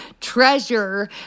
treasure